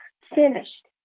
finished